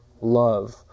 love